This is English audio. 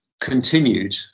continued